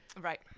right